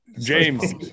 James